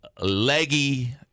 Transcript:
leggy